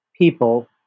people